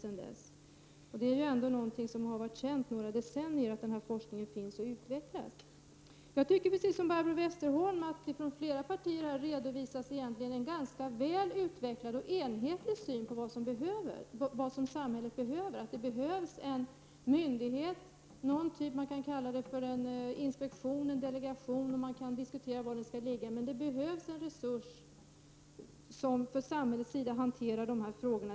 Att denna forskning finns och utvecklas har ju varit känt under några decennier. Jag tycker precis som Barbro Westerholm att det från flera partier egentligen redovisas en ganska välutvecklad och enhetlig syn på vad samhället behöver, t.ex. att det behövs någon typ av myndighet — en inspektion eller en delegation — och man kan diskutera var den skall ligga. Men det behövs en resurs som från samhällets sida hanterar dessa frågor.